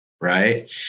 right